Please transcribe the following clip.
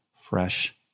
fresh